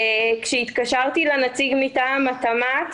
כשהתקשרתי לנציג מטעם משרד הכלכלה והתעשייה,